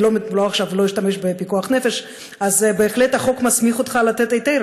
אני עכשיו לא אשתמש ב"פיקוח נפש" אז בהחלט החוק מסמיך אותך לתת היתר